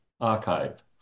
archive